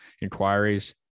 inquiries